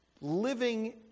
living